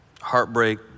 Heartbreak